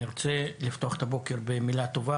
אני רוצה לפתוח את הבוקר במילה טובה.